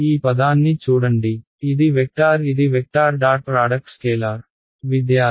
ఈ పదాన్ని చూడండి ఇది వెక్టార్ ఇది వెక్టార్ డాట్ ప్రాడక్ట్ స్కేలార్